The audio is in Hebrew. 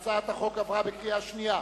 שהצעת החוק עברה בקריאה שנייה.